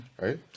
right